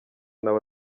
nawe